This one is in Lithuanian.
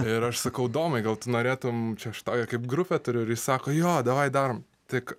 ir aš sakau domai gal tu norėtum čia aš tokią kaip grupę turiu ir jis sako jo davai darom tik